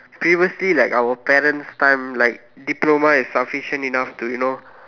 previously like our parents time like diploma is sufficient enough to you know